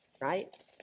right